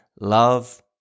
love